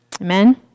Amen